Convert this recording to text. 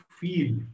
feel